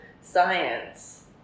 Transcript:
science